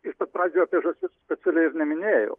iš pat pradžių apie žąsis specialiai ir neminėjau